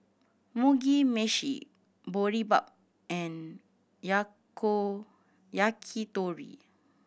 Mugi Meshi Boribap and Yakitori